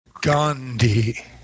Gandhi